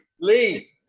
Lee